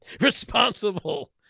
responsible